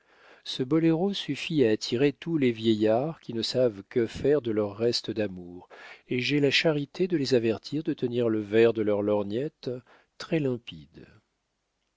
ce boléro suffit à attirer tous les vieillards qui ne savent que faire de leur reste d'amour et j'ai la charité de les avertir de tenir le verre de leur lorgnette très limpide